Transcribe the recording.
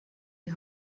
die